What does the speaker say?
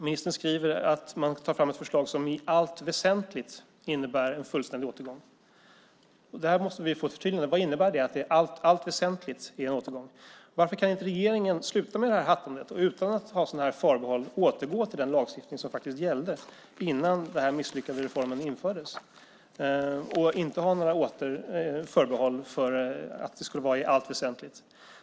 Ministern skriver att man tar fram ett förslag som i allt väsentligt innebär en fullständig återgång. Där måste vi få ett förtydligande. Vad innebär det att det "i allt väsentligt" är en återgång? Varför kan regeringen inte sluta med hattandet och i stället återgå till den lagstiftning som gällde innan denna misslyckade reform infördes - utan sådana förbehåll som "i allt väsentligt"?